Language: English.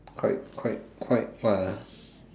quite quite quite ya